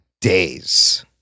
days